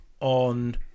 on